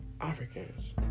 Africans